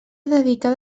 dedicada